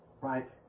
right